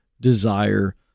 desire